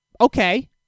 Okay